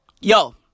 Yo